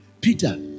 Peter